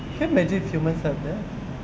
can you imagine if humans like that